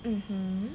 mmhmm